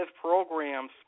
programs